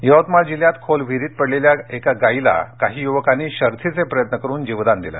यवतमाळ यवतमाळ जिल्ह्यात खोल विहिरीत पडलेल्या गायीला काही युवकांनी शर्थीचे प्रयत्न करून जीवदान दिलं